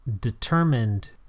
determined